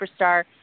superstar